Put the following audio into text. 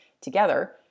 together